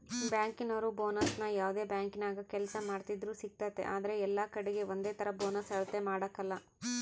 ಬ್ಯಾಂಕಿನೋರು ಬೋನಸ್ನ ಯಾವ್ದೇ ಬ್ಯಾಂಕಿನಾಗ ಕೆಲ್ಸ ಮಾಡ್ತಿದ್ರೂ ಸಿಗ್ತತೆ ಆದ್ರ ಎಲ್ಲಕಡೀಗೆ ಒಂದೇತರ ಬೋನಸ್ ಅಳತೆ ಮಾಡಕಲ